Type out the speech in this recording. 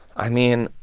i mean,